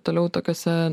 toliau tokiose